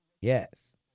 Yes